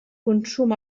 consum